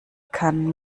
kann